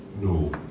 no